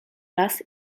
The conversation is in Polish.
raz